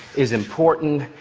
is important.